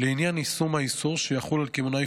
לעניין יישום האיסור שיחול על קמעונאי